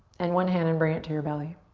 and one hand and bring it to your belly.